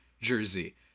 jersey